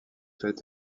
fait